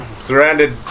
Surrounded